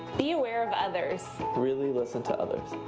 be aware of others. really listen to others.